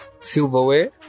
silverware